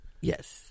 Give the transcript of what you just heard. Yes